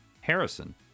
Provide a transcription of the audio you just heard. Harrison